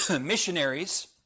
missionaries